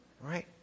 right